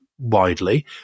widely